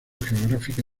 geográfica